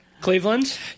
Cleveland